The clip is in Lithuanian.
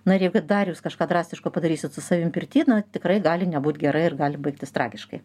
na ir jeigu dar jūs kažką drastiško padarysit su savimi pirty na tikrai gali nebūt gerai ir gali baigtis tragiškai